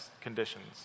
conditions